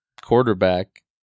quarterback